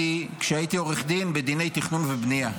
כשהייתי עורך דין, עסקתי בדיני תכנון ובנייה.